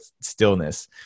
stillness